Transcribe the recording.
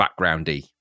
backgroundy